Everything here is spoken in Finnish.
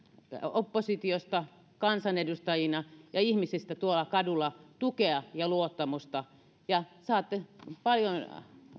oppositiosta kansanedustajina ja ihmisiltä tuolla kadulla tukea ja luottamusta ja saatte paljon